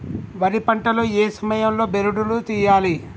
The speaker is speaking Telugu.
వరి పంట లో ఏ సమయం లో బెరడు లు తియ్యాలి?